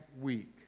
week